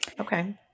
Okay